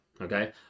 Okay